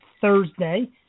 Thursday